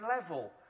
level